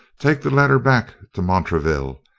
take the letter back to montraville,